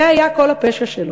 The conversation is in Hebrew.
זה היה כל הפשע שלו.